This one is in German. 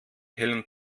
hellen